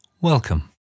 Welcome